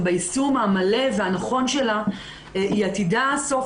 וביישום המלא והנכון שלה היא עתידה סוף